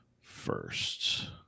first